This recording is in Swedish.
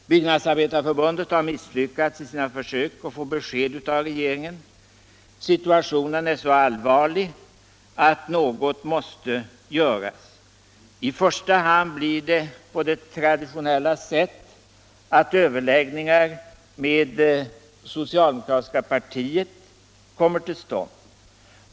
Byggnadsarbetareförbundet har misslyckats i sina försök att få besked av regeringen. Situationen är så allvarlig att något måste göras. I första hand blir det på traditionellt sätt överläggningar med det socialdemokratiska partiet.